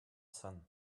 sun